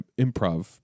improv